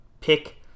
pick